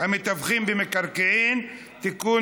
המתווכים במקרקעין (תיקון,